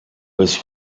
was